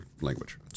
language